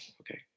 okay